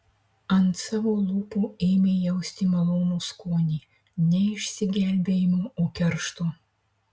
ant savo lūpų ėmė jausti malonų skonį ne išsigelbėjimo o keršto